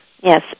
Yes